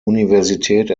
universität